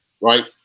right